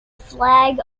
flag